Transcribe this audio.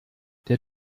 der